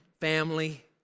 family